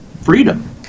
freedom